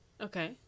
Okay